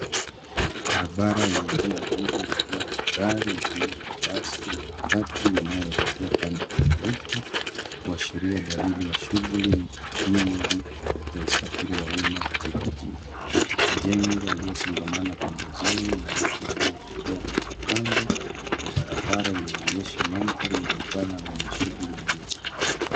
Barabara yenye njia mbili imejaa magari yakiwemo mabasi na matatu yanayoelekea pande tofauti kuashiria dalili ya shughuli nyingi za usafiri wa umma katika jiji. Majengo yaliyosongamana pembezoni na watu wanaotembea kando kando na barabara inaonyesha mandhari ya mtaa wenye shughuli nyingi.